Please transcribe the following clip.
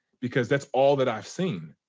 because that's all that i've seen.